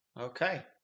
Okay